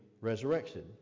resurrected